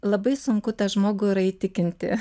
labai sunku tą žmogų yra įtikinti